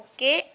Okay